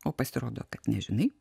o pasirodo kad nežinai